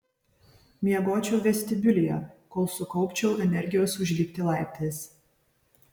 miegočiau vestibiulyje kol sukaupčiau energijos užlipti laiptais